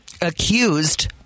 accused